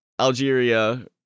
Algeria